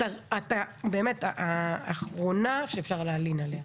את באמת האחרונה שאפשר להלין עליה.